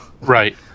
right